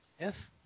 Yes